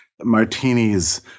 martinis